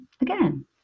again